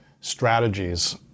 strategies